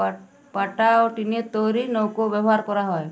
পাতা পাটা ও টিন তৈরি নৌকো ব্যবহার করা হয়